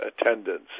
attendance